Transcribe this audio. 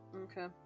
Okay